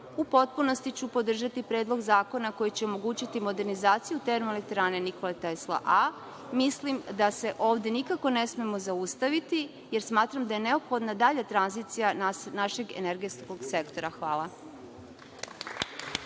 U potpunosti ću podržati predlog zakona koji će omogućiti modernizaciju TE „Nikola Tesla A“. Mislim da se ovde nikako ne smemo zaustaviti, jer smatram da je neophodna dalja tranzicija našeg energetskog sektora. Hvala.